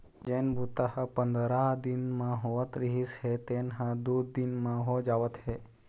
जेन बूता ह पंदरा दिन म होवत रिहिस हे तेन ह दू दिन म हो जावत हे